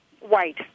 white